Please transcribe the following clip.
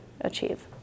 achieve